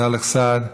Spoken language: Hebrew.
סלאח סעד,